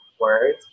words